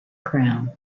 crown